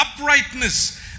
uprightness